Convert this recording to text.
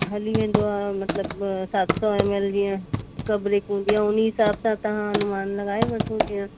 हली वेंदो आहे मतिलब सात सौ एम एल जीअं हिक ब्रेक उन हिसाब सां तव्हां अनुमान लॻाए वठो जीअं